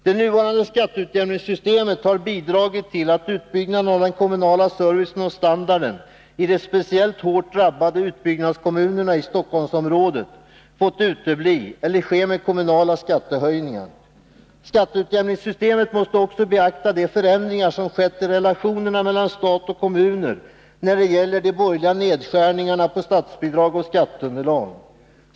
Det nuvarande skatteutjämningssystemet har bidragit till att utbyggnaden av den kommunala servicen och standarden i de speciellt hårt drabbade utbyggnadskommunerna i Stockholmsområdet har fått utebli eller ske med kommunala skattehöjningar. Skatteutjämningssystemet måste också beakta de förändringar som har skett i relationerna mellan stat och kommuner när det gäller de borgerliga nedskärningarna i statsbidrag och skatteunderlag.